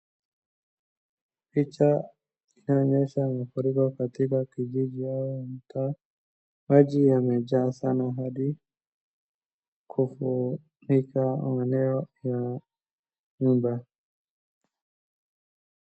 Picha inaonyesha mafuriko katika kijiji au mtaa. Maji yamejaa sana hadi kufurika eneo la nyumba.